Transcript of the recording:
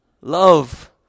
love